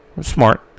Smart